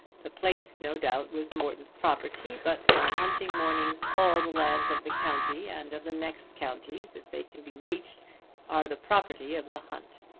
the place no doubt was morton's property, but on hunting mornings all the lands of the county and of the next counties if they can be reached are the property of the hunt.